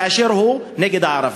כאשר הוא נגד הערבים.